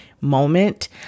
Moment